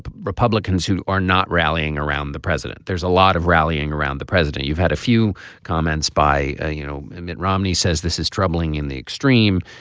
but republicans who are not rallying around the president. there's a lot of rallying around the president. you've had a few comments by ah you know mitt romney says this is troubling in the extreme